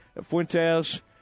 Fuentes